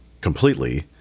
completely